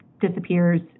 disappears